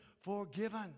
forgiven